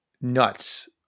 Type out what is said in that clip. nuts